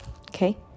Okay